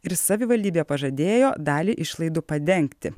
ir savivaldybė pažadėjo dalį išlaidų padengti